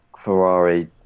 Ferrari